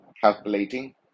calculating